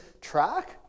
track